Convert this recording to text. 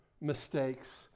mistakes